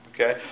okay